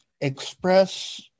express